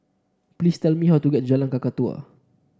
please tell me how to get Jalan Kakatua